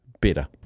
better